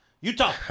Utah